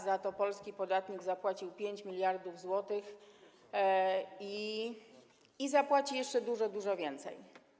Za to polski podatnik zapłacił 5 mld zł i zapłaci jeszcze dużo, dużo więcej.